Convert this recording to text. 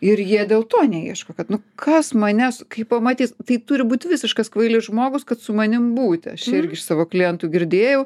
ir jie dėl to neieško kad nu kas manęs kai pamatys tai turi būt visiškas kvailys žmogus kad su manim būti aš irgi iš savo klientų girdėjau